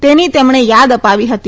તેની તેમણે યાદ અપાવી હતી